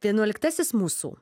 vienuoliktasis mūsų